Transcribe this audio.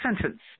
sentence